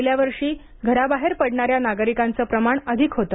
गेल्या वर्षी घराबाहेर पडणाऱ्या नागरिकांचं प्रमाण अधिक होत